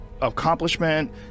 accomplishment